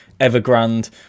evergrande